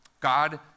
God